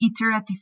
iterative